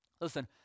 Listen